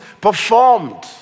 performed